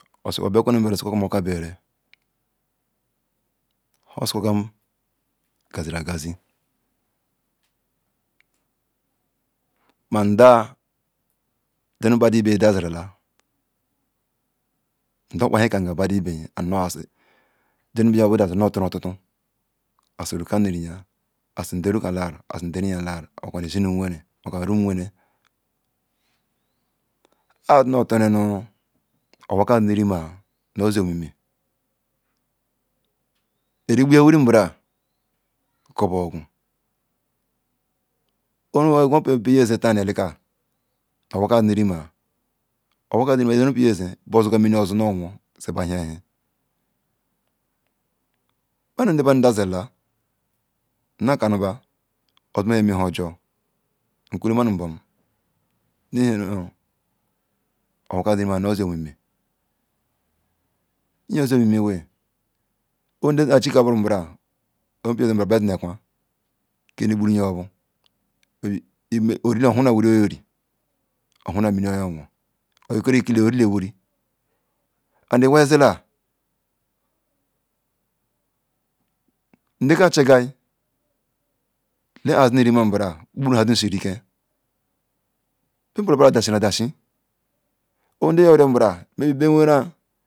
Obla kwan ne sikwa oka biaral mhan osi quagan gaziri aqazi mada jinu badun dazirla ma runk a ma rinyan omaka nda riyan laral mo nda roka laru or ishi nu nweren owaker asinu rima no si omimi origbu hia wiri an burai kobo gun owa ka asinurima owenru beliya zen buzoga mini ozor nu won siba hen hen ma nu da badu dazula nu na teanu ba oizma yin me honjor nkula ma nu bum owa ka zi omimi emozi omimi ke oweren an chika boru ow brol ozi nu ekwan ohuna wiri oya ri ohanna mini yo won ileerakila oyarila wiri and iwai zila nde ka chigal la azi nuri ma mbral buburu nha shi ga riken kpal owen nu de iyo rio mbral.